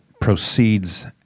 proceeds